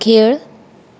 खेळ